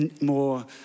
more